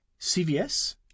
CVS